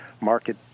market